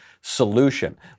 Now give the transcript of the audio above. solution